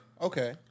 Okay